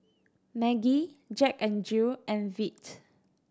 Maggi Jack N Jill and Veet